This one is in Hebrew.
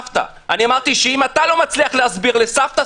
אמרתי שאם אתה לא מצליח להסביר לסבתא,